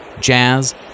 jazz